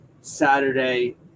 Saturday